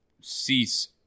cease